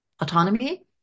autonomy